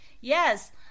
Yes